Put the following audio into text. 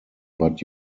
but